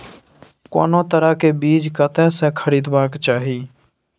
कोनो तरह के बीज कतय स खरीदबाक चाही?